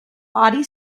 body